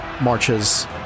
marches